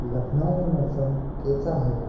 लखनऊ में मौसम कैसा है